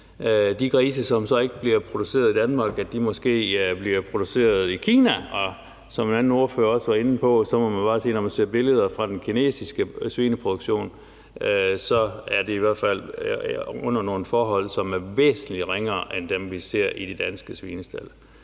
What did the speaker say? de grise, som så ikke bliver produceret i Danmark, måske bliver produceret i Kina, og som en anden ordfører også var inde på, må man bare sige, at når man ser billeder fra den kinesiske svineproduktion, er det i hvert fald under nogle forhold, som er væsentlig ringere end dem, vi ser i de danske svinestalde.